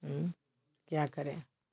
क्या करें